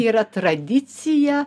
yra tradicija